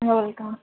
yeah welcome